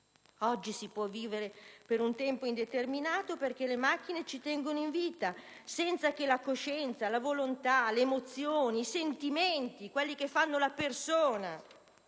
Oggi si può vivere per un tempo indeterminato perché le macchine ci tengono in vita, senza che la coscienza, la volontà, le emozioni e i sentimenti, quello che rende il soggetto